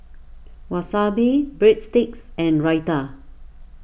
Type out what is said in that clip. Wasabi Breadsticks and Raita